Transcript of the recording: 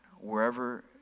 wherever